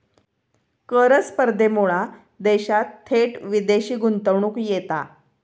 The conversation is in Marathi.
कर स्पर्धेमुळा देशात थेट विदेशी गुंतवणूक येता